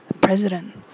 president